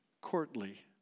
courtly